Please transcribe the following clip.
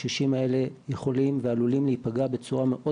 הקשישים האלה יכולים ועלולים להיפגע בצורה מאוד